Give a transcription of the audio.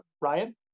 Ryan